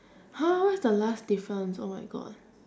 !huh! what's the last difference oh my god